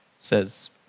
says